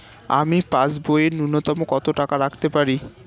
আমি পাসবইয়ে ন্যূনতম কত টাকা রাখতে পারি?